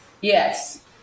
Yes